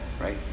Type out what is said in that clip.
right